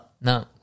No